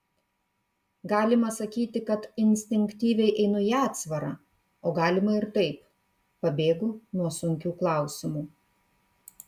galima sakyti kad instinktyviai einu į atsvarą o galima ir taip pabėgu nuo sunkių klausimų